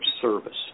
service